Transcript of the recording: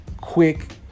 quick